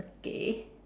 okay